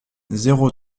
zéro